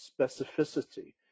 specificity